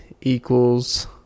Equals